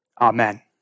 Amen